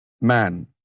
man